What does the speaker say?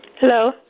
Hello